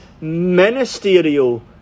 ministerial